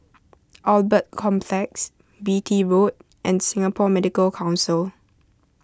Albert Complex Beatty Road and Singapore Medical Council